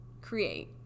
create